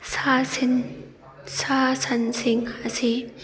ꯁꯥ ꯁꯤꯟ ꯁꯥ ꯁꯟꯁꯤꯡ ꯑꯁꯤ